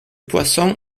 poisson